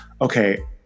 okay